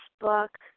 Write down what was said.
book